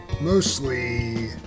Mostly